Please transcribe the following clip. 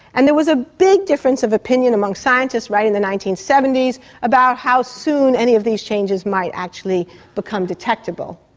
and there was a big difference of opinion among scientists right in the nineteen seventy s about how soon any of these changes might actually become detectable.